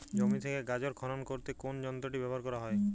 জমি থেকে গাজর খনন করতে কোন যন্ত্রটি ব্যবহার করা হয়?